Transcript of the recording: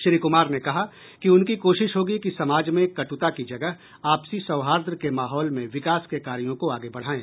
श्री कुमार ने कहा कि उनकी कोशिश होगी कि समाज में कटुता की जगह आपसी सौहार्द के माहौल में विकास के कार्यों को आगे बढाएं